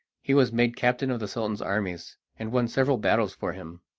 he was made captain of the sultan's armies, and won several battles for him,